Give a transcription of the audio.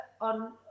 on